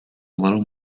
little